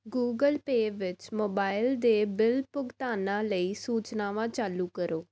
Google Pay ਵਿੱਚ mobile ਦੇ bill ਭੁਗਤਾਨਾਂ ਲਈ ਸੂਚਨਾਵਾਂ ਚਾਲੂ ਕਰੋ